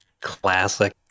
Classic